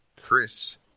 Chris